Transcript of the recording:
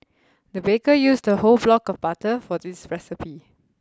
the baker used a whole block of butter for this recipe